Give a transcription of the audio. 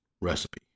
recipe